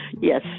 Yes